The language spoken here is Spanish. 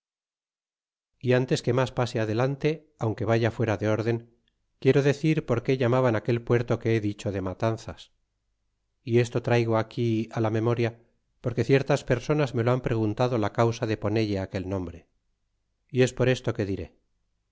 y antes que mas pase adelante aunque vaya fuera de den quiero decir por qué llamaban aquel puerto que he dicho de matanzas y esto traigo aquí la memoria porque ciertas personas me lo han preguntado la causa de ponelle aquel nombre y es por esto que diré